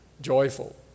joyful